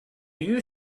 you